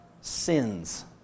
sins